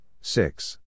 six